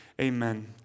Amen